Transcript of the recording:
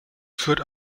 führt